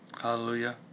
Hallelujah